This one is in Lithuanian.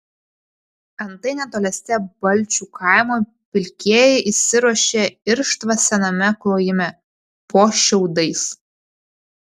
antai netoliese balčių kaimo pilkieji įsiruošę irštvą sename klojime po šiaudais